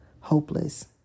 hopeless